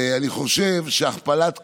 אני חושב שהכפלת כוח,